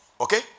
Okay